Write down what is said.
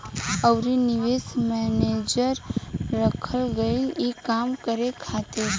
अउरी निवेश मैनेजर रखल गईल ई काम करे खातिर